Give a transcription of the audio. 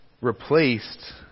replaced